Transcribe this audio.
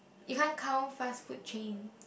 you can't count fast food chain